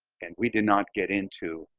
and we did not get into,